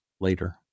later